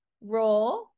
raw